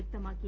വ്യക്തമാക്കി